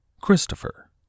Christopher